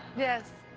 yes,